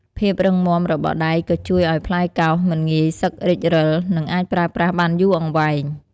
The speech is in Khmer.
ភាពរឹងមាំរបស់ដែកក៏ជួយឲ្យផ្លែកោសមិនងាយសឹករិចរិល និងអាចប្រើប្រាស់បានយូរអង្វែង។